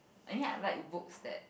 I mean I like books that